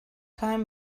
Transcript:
time